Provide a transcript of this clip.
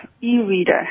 e-reader